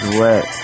wet